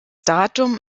datum